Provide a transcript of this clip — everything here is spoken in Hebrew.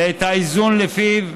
ואת האיזון שלפיו,